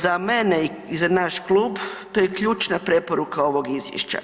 Za mene i za naš klub, to je ključna preporuka ovog izvješća.